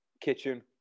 kitchen